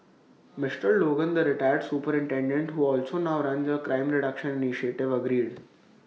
Mister Logan the retired superintendent who also now runs A crime reduction initiative agreed